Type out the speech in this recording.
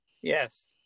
Yes